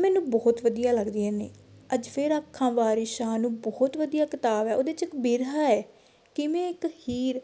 ਮੈਨੂੰ ਬਹੁਤ ਵਧੀਆ ਲੱਗਦੀਆਂ ਨੇ ਅੱਜ ਫਿਰ ਆਖਾਂ ਵਾਰਿਸ ਸ਼ਾਹ ਨੂੰ ਬਹੁਤ ਵਧੀਆ ਕਿਤਾਬ ਹੈ ਉਹਦੇ 'ਚ ਇੱਕ ਬਿਰਹਾ ਹੈ ਕਿਵੇਂ ਇੱਕ ਹੀਰ